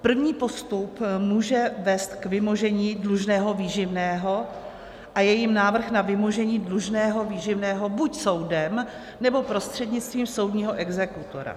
První postup může vést k vymožení dlužného výživného a je jím návrh na vymožení dlužného výživného buď soudem, nebo prostřednictvím soudního exekutora.